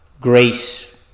grace